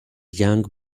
young